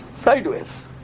sideways